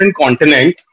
Continent